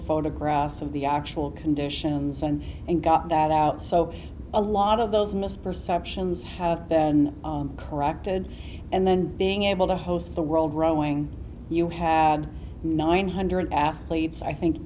photographs of the actual conditions and and got that out so a lot of those misperceptions corrected and then being able to host the world rowing you had nine hundred athletes i think